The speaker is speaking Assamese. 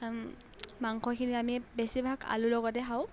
মাংসখিনি আমি বেছিভাগ আলুৰ লগতে খাওঁ